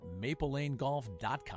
maplelanegolf.com